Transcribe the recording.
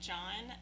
John